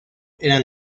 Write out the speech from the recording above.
eran